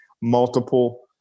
multiple